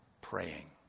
praying